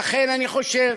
לכן, אני חושב